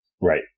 Right